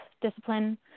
discipline